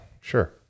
Sure